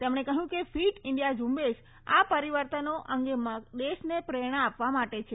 તેમણે કહ્યું કે ફીટ ઇન્કિયા અભિયાન આ પરીવર્તનો અંગે દેશને પ્રેરણા આપવા માટે છે